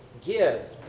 Give